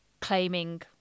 claiming